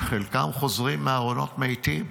חלקם חוזרים בארונות מתים,